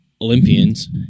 Olympians